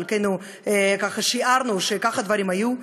חלקנו שיערנו שכך הדברים היו,